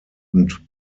und